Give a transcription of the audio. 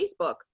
facebook